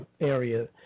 area